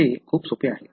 ते खूप सोपे आहे